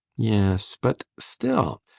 yes, but still.